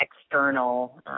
external